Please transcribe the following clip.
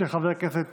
של חבר הכנסת